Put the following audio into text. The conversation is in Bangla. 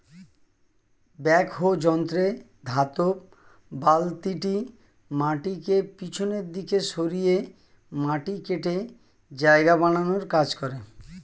ব্যাকহো যন্ত্রে ধাতব বালতিটি মাটিকে পিছনের দিকে সরিয়ে মাটি কেটে জায়গা বানানোর কাজ করে